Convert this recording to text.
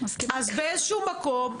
אז באיזשהו מקום,